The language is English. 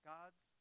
God's